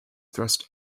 thrust